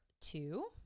two